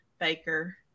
Baker